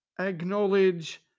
acknowledge